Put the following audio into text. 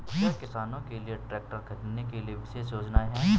क्या किसानों के लिए ट्रैक्टर खरीदने के लिए विशेष योजनाएं हैं?